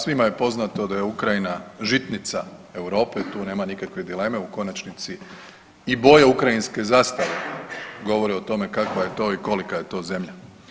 Svima je poznato da je Ukrajina žitnica Europe, tu nema nikakve dileme, u konačnici i boje ukrajinske zastave govore o tome kakva je to i kolika je to zemlja.